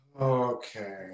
Okay